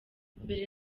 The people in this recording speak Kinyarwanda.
mbere